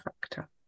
factor